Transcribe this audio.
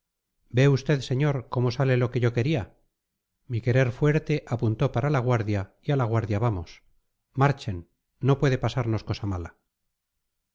ve usted señor cómo sale lo que yo quería mi querer fuerte apuntó para la guardia y a la guardia vamos marchen no puede pasarnos cosa mala